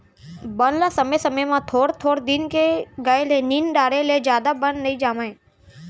बन ल समे समे म थोर थोर दिन के गए ले निंद डारे ले जादा बन नइ जामय